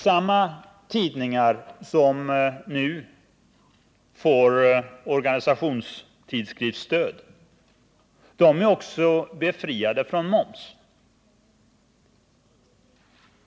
Samma tidningar som nu får organisationstidskriftsstöd är också befriade från moms.